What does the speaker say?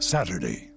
Saturday